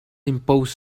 impose